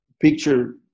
picture